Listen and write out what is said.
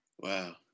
wow